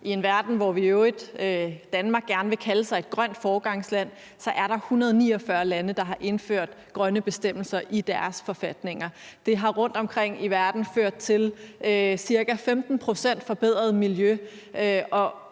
i verden, hvor Danmark i øvrigt gerne vil kalde sig et grønt foregangsland, så er der 149 lande, der har indført grønne bestemmelser i deres forfatninger. Det har rundtomkring i verden ført til ca. 15 pct. forbedret miljø,